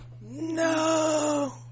no